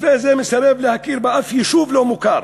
מתווה זה מסרב להכיר בשום יישוב לא מוכר